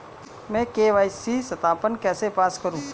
मैं के.वाई.सी सत्यापन कैसे पास करूँ?